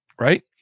right